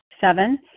Seven